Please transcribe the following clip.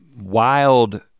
wild